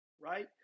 right